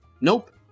Nope